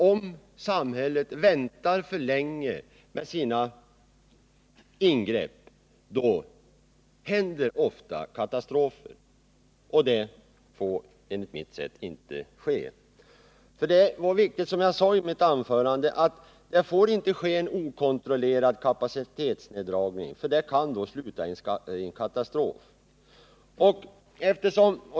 Om samhället väntar för länge med sina ingrepp, då händer ofta katastrofer, och det får enligt mitt sätt att se inte ske. Som jag sade är det viktigt att det inte blir en okontrollerad kapacitetsneddragning, för det kan sluta i en katastrof.